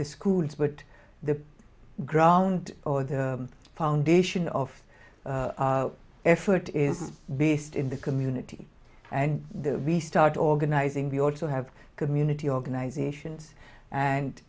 the schools but the ground or the foundation of effort is based in the community and the we start organizing we also have community organizations and